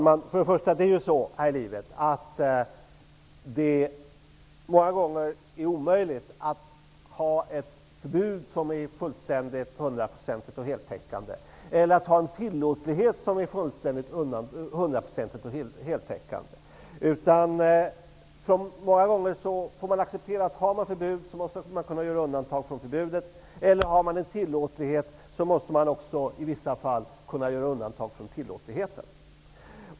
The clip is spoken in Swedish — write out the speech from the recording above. Herr talman! Det är ju så här i livet att det många gånger är omöjligt att ha ett förbud som är fullständigt hundraprocentigt och heltäckande eller att ha en tillåtlighet som är fullständigt hundraprocentig och heltäckande. Många gånger får vi acceptera att har man ett förbud måste det kunna göras undantag från förbudet eller har man en tillåtlighet måste man också i vissa fall kunna göra undantag från tillåtligheten.